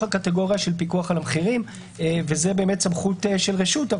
הקטגוריה של פיקוח על המחירים וזו סמכות של רשות.